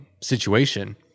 situation